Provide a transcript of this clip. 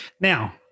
Now